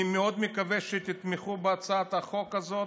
אני מאוד מקווה שתתמכו בהצעת החוק הזאת,